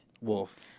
Wolf